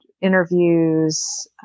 interviews